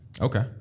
Okay